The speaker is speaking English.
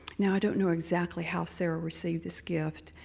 now i don't know exactly how sarah received this gift,